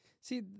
See